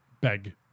beg